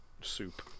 soup